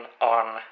on